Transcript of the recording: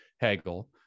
Hegel